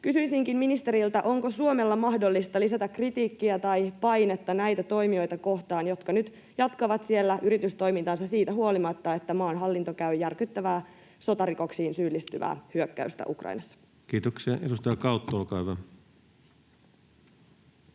Kysyisinkin ministeriltä: onko Suomen mahdollista lisätä kritiikkiä tai painetta näitä toimijoita kohtaan, jotka nyt jatkavat siellä yritystoimintaansa siitä huolimatta, että maan hallinto käy järkyttävää sotarikoksiin syyllistyvää hyökkäystä Ukrainassa? [Speech 55] Speaker: